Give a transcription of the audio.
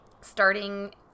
starting